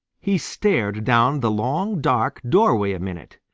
he stared down the long dark doorway a minute.